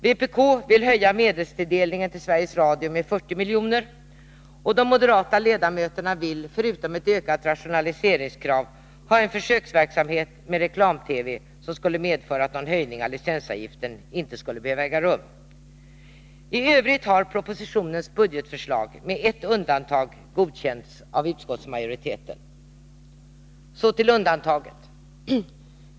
Vpk vill öka medelstilldelningen till Sveriges Radio med 40 miljoner, och de moderata ledamöterna vill förutom ökad rationalisering få till stånd en försöksverksamhet med reklam-TV, vilket skulle medföra att någon höjning av licensavgiften inte behövde äga rum. I övrigt har propositionens budgetförslag med ett undantag godkänts av utskottsmajoriteten. Så till undantagen!